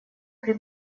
при